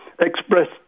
expressed